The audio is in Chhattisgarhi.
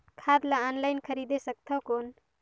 खाद ला ऑनलाइन खरीदे सकथव कौन?